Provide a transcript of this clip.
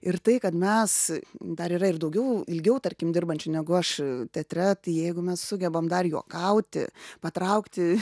ir tai kad mes dar yra ir daugiau ilgiau tarkim dirbančių negu aš teatre taijeigu mes sugebam dar juokauti patraukti